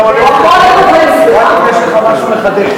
נסים, אתה עולה רק אם יש לך משהו לחדש.